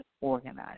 organized